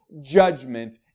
judgment